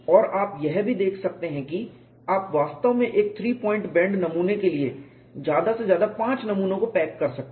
और आप यह भी देख सकते हैं कि आप वास्तव में एक थ्री पॉइंट बेंड नमूने के लिए ज्यादा से ज्यादा पांच नमूनों को पैक कर सकते हैं